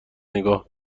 نگاه